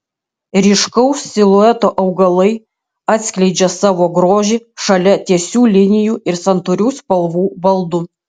ryškaus silueto augalai atskleidžia savo grožį šalia tiesių linijų ir santūrių spalvų baldų